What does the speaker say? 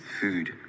food